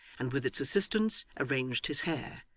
and with its assistance arranged his hair,